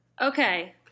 Okay